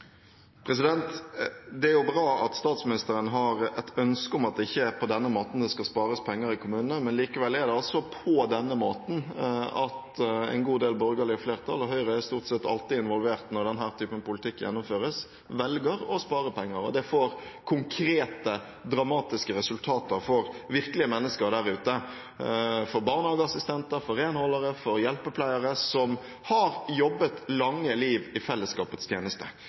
Det er jo bra at statsministeren har et ønske om at det ikke er på denne måten det skal spares penger i kommunene, men likevel er det altså på denne måten at en god del borgerlige flertall – og Høyre er stort sett alltid involvert når denne typen politikk gjennomføres – velger å spare penger. Det får konkrete, dramatiske resultater for virkelige mennesker der ute, for barnehageassistenter, for renholdere, for hjelpepleiere som har jobbet et langt liv i fellesskapets tjeneste,